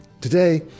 Today